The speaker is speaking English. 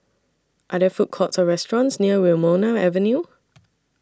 Are There Food Courts Or restaurants near Wilmonar Avenue